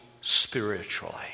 spiritually